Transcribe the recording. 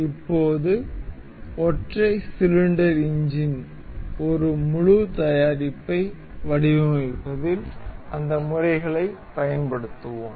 இப்போது ஒற்றை cylinder engine ஒரு முழு தயாரிப்பை வடிவமைப்பதில் அந்த முறைகளைப் பயன்படுத்துவோம்